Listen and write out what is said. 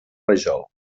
rajol